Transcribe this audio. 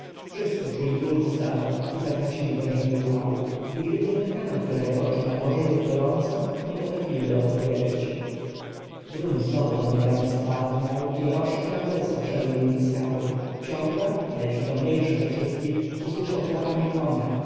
wszyscy czuli ból w stawach i zatracili wrażenie upału i gdyby zapytano którego czy na dworze jest gorąco nie potrafiłby odpowiedzieć grunt znowu pod nogami stwardniał i orszak ramzesa wszedł między skały książę najprzytomniejszy ze wszystkich usłyszał chrapanie konia